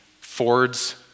Ford's